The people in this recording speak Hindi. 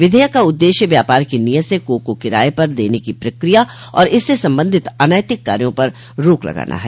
विधेयक का उद्देश्य व्यापार की नीयत से कोख को किराए पर देने की प्रक्रिया और इससे संबंधित अनैतिक कार्यों पर रोक लगाना है